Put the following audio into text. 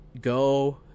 Go